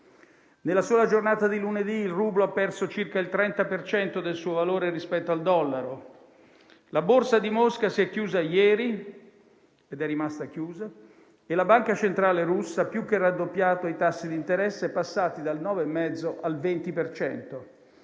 Nella sola giornata di lunedì il rublo ha perso circa il 30 per cento del suo valore rispetto al dollaro. La Borsa di Mosca si è chiusa ieri, ed è rimasta chiusa, e la Banca centrale russa ha più che raddoppiato i tassi di interesse, passati dal 9,5 al 20